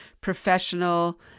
professional